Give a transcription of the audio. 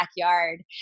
backyard